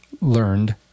Learned